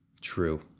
true